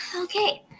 Okay